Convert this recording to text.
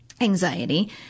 anxiety